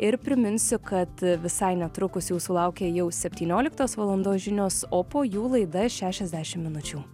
ir priminsiu kad visai netrukus jūsų laukia jau septynioliktos valandos žinios o po jų laida šešiasdešim minučių